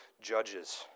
judges